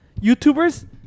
YouTubers